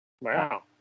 Wow